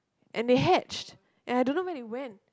and they hatched and I don't know where they went